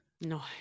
No